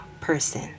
person